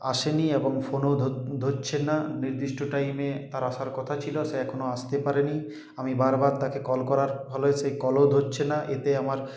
আসেনি এবং ফোনও ধরছে না নির্দিষ্ট টাইমে তার আসার কথা ছিল সে এখনও আসতে পারেনি আমি বারবার তাকে কল করার ফলে সে কলও ধরছে না এতে আমার